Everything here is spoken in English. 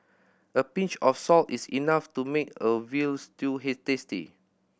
a pinch of salt is enough to make a veal stew he tasty